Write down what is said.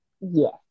yes